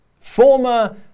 Former